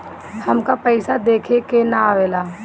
हमका पइसा देखे ना आवेला?